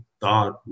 thought